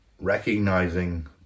recognizing